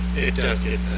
does get